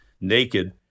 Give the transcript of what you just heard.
naked